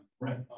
Right